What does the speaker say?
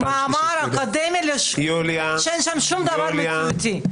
זה מאמר אקדמי שאין שום דבר נקודתי.